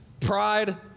pride